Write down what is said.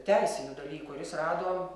teisinių dalykų ir jis rado